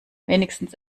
wenigstens